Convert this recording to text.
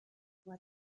what